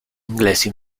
inglesi